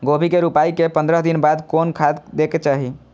गोभी के रोपाई के पंद्रह दिन बाद कोन खाद दे के चाही?